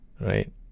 right